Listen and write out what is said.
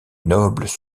nobles